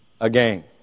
again